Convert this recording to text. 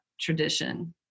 tradition